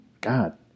God